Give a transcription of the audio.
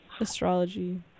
astrology